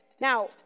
Now